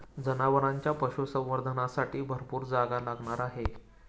जनावरांच्या पशुसंवर्धनासाठी भरपूर जागा लागणार आहे